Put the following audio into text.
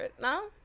No